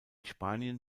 spanien